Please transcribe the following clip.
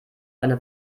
eine